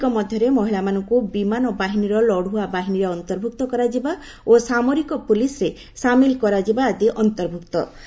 ସେଗୁଡ଼ିକ ମଧ୍ୟରେ ମହିଳାମାନଙ୍କୁ ବିମାନ ବାହିନୀର ଲଢୁଆ ବାହିନୀରେ ଅନ୍ତର୍ଭୁକ୍ତ କରାଯିବା ଓ ସାମରିକ ପୁଲିସ୍ରେ ସାମିଲ୍ କରାଯିବା ଆଦି ଅନ୍ତର୍ଭୁକ୍ତ